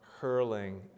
hurling